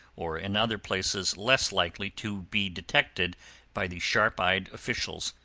or in other places less likely to be detected by the sharp-eyed officials.